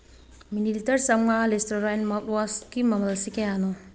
millilitre ꯆꯃꯉꯥ Listerine ꯃꯥꯎꯠꯋꯥꯁꯀꯤ ꯃꯃꯜ ꯑꯁꯤ ꯀꯌꯥꯅꯣ